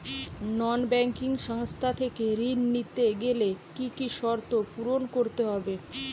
নন banking সংস্থা থেকে ঋণ নিতে গেলে কি কি শর্ত পূরণ করতে হয়?